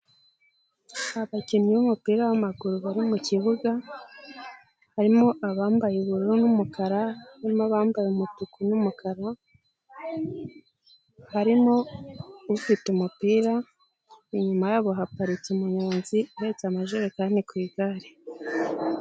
Abakinnyi b'umupira w'amaguru bari mu kibuga harimo abambaye ubururu n'umukara, harimo abambaye umutuku n'umukara harimo ufite umupira, inyuma yabo haparitse umunyonzi uhetse amajerekani ku igare.